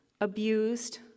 abused